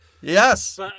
Yes